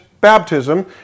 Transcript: baptism